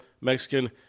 Mexican